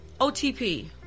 OTP